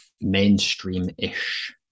mainstream-ish